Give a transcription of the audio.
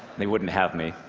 they wouldn't have me.